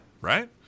Right